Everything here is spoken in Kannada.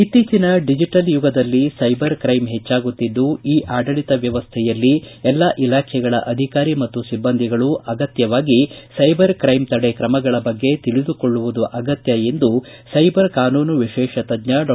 ಇತ್ತೀಚನ ಡಿಜೆಟಲ್ ಯುಗದಲ್ಲಿ ಸೈಬರ್ ಕ್ರೈಂ ಹೆಚ್ಚಾಗುತ್ತಿದ್ದು ಇ ಆಡಳಿತ ವ್ಯವಸ್ಥೆಯಲ್ಲಿ ಎಲ್ಲಾ ಇಲಾಖೆಗಳ ಅಧಿಕಾರಿ ಮತ್ತು ಸಿಬ್ಬಂದಿಗಳು ಅಗತ್ತವಾಗಿ ಸೈಬರ್ ತ್ರೈಂ ತಡೆ ಕ್ರಮಗಳ ಬಗ್ಗೆ ತಿಳಿದುಕೊಳ್ಳುವುದು ಅಗತ್ತ ಎಂದು ಸೈಬರ್ ಕಾನೂನು ವಿಶೇಷ ತಜ್ಞ ಡಾ